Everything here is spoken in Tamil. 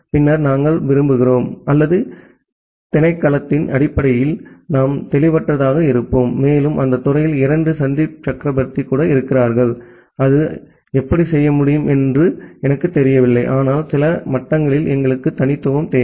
பின்னர் நாங்கள் விரும்புகிறோம் அல்லது திணைக்களத்தின் அடிப்படையில் நாம் தெளிவற்றதாக இருப்போம் மேலும் அந்த துறையில் இரண்டு சந்தீப் சக்ரவர்த்தி கூட இருக்கிறார்கள் அது எப்படி செய்ய முடியும் என்று எனக்குத் தெரியவில்லை ஆனால் சில மட்டங்களில் எங்களுக்கு தனித்துவம் தேவை